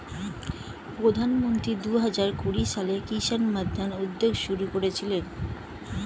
প্রধানমন্ত্রী দুহাজার কুড়ি সালে কিষান মান্ধান উদ্যোগ শুরু করেছিলেন